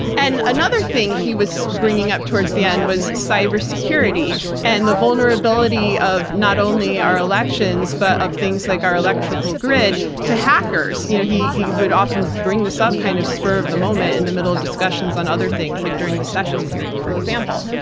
and another thing he was bringing up towards the end was cybersecurity and the vulnerability of not only our elections, but of things like our electrical grid to hackers. you know he he would often bring this up kind of spur of the moment in the middle of discussions on other things, like during the sessions hearing for example.